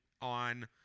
on